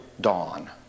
dawn